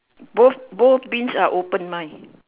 both both bins are open mine